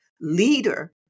leader